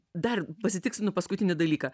dar pasitikslinu paskutinį dalyką